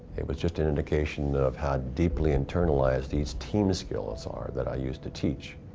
it was just an indication of how deeply internalized these team skills are that i used to teach.